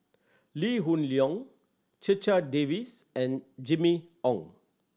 Lee Hoon Leong Checha Davies and Jimmy Ong